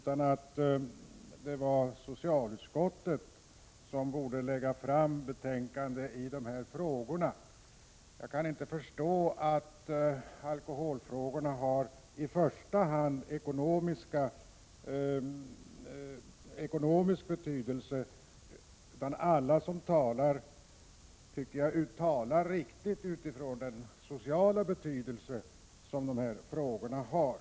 Meningen var att socialutskottet skulle lägga fram betänkanden i de här frågorna. Jag kan inte förstå att alkoholfrågornaii första hand har ekonomisk betydelse. Jag tycker att alla som talar har rätt inriktning utifrån den sociala betydelse som de här frågorna har.